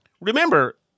remember